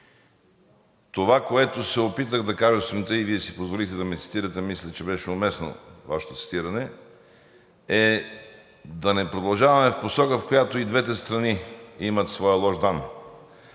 Това, което се опитах да кажа сутринта и Вие си позволихте да ме цитирате, мисля, че беше уместно Вашето цитиране да не продължаваме в посока, в която и двете страни имат своя лош дан.